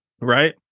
Right